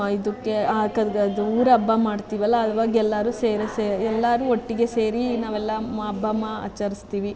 ಇದಕ್ಕೆ ಅದು ಊರ ಹಬ್ಬ ಮಾಡ್ತೀವಲ್ಲ ಆವಾಗೆಲ್ಲರೂ ಸೇರಿಸಿ ಎಲ್ಲರೂ ಒಟ್ಟಿಗೆ ಸೇರಿ ನಾವೆಲ್ಲ ಹಬ್ಬವ ಆಚರಿಸ್ತೀವಿ